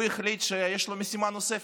הוא החליט שיש לו משימה נוספת: